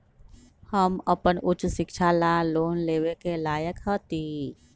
हम अपन उच्च शिक्षा ला लोन लेवे के लायक हती?